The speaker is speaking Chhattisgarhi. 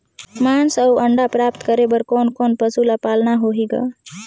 मांस अउ अंडा प्राप्त करे बर कोन कोन पशु ल पालना होही ग?